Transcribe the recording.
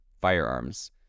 firearms